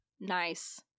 nice